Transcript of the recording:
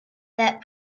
that